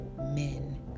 men